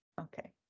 Okay